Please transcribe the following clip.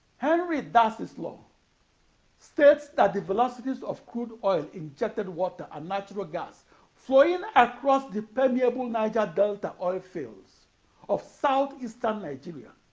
henry darcy's law states that the velocities of crude oil, injected water, and natural gas flowing across the permeable niger delta oilfields of southeastern nigeria